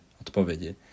odpovědi